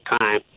time